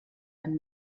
ein